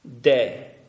day